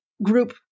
group